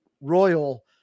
Royal